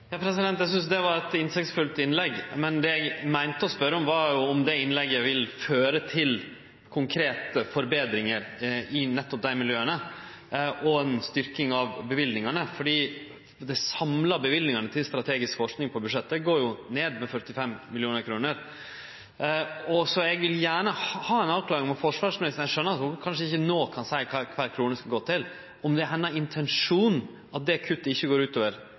Eg synest det var eit innsiktsfullt innlegg, men det eg meinte å spørje om, var jo om det innlegget vil føre til konkrete forbetringar i nettopp dei miljøa og ei styrking av løyvingane, fordi dei samla løyvingane til strategisk forsking på budsjettet går jo ned med 45 mill. kr. Eg vil gjerne ha ei avklaring frå forvarsministeren – eg skjønar at ho kanskje ikkje no kan seie kva kvar krone skal gå til – om det er hennar intensjon at det kuttet ikkje går